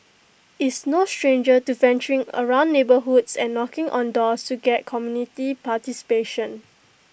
is no stranger to venturing around neighbourhoods and knocking on doors to get community participation